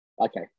Okay